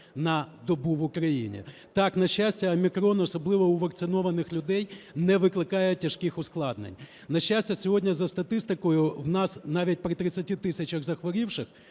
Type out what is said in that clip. на добу в Україні. Так, на щастя, "Омікрон", особливо у вакцинованих людей, не викликає тяжких ускладнень. На щастя, сьогодні за статистикою в нас навіть при 30 тисячах захворівших